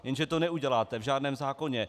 Jenže to neuděláte v žádném zákoně.